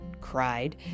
cried